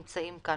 נמצאים כאן.